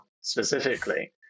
specifically